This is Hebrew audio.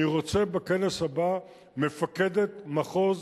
אני רוצה בכנס הבא מפקדת מחוז,